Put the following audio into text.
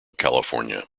california